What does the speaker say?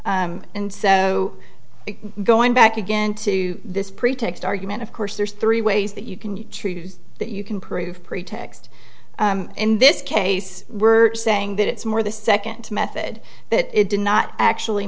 and so going back again to this pretext argument of course there's three ways that you can treat it that you can prove pretext in this case we're saying that it's more the second method that it did not actually